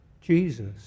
Jesus